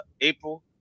april